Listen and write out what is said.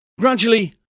Gradually